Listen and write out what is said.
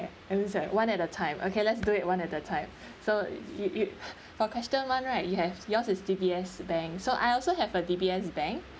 I means at one at a time okay let's do it one at a time so you you for question one right you have yours is D_B_S bank so I also have a D_B_S bank